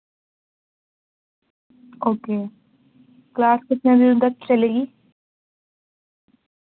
okay class کتنے دن تک چلے گی